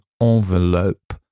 envelope